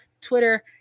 Twitter